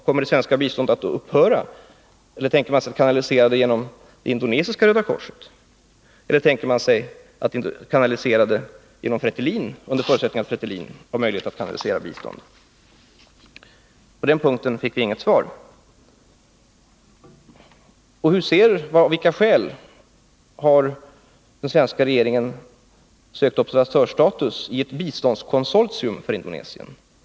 Kommer det svenska biståndet att upphöra eller tänker man kanalisera det genom det indonesiska Röda korset? Eller tänker man kanalisera det genom FRETI LIN, under förutsättning att FRETILIN har möjlighet att kanalisera bistånd? På den punkten fick jag inget svar. Med vilka skäl har den svenska regeringen sökt observatörsstatus i ett biståndskonsortium för Indonesien?